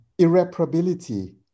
irreparability